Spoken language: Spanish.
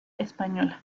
española